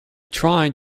tried